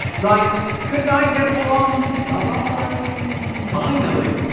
right good night everyone bye bye finally